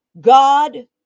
God